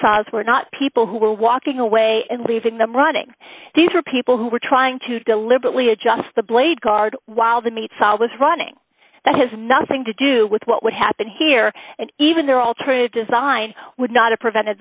were not people who were walking away and leaving them running these were people who were trying to deliberately adjust the blade guard while the meat fall was running that has nothing to do with what would happen here and even their alternative design would not have prevented